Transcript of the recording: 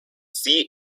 seat